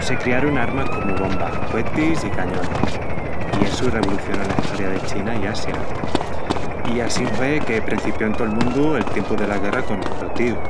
se criarun armas comu bombas, cuetis i cañonis, i essu revolucionó la Estoria de China i Asia. I assín hue que prencipió en tol mundu el tiempu dela guerra con esplotíus.